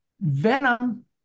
venom